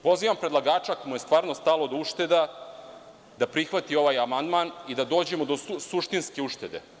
Pozivam predlagača, ako mu je stvarno stalo do ušteda, da prihvati ovaj amandman i da dođemo do suštinske uštede.